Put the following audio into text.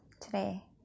today